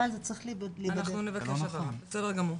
בסדר גמור.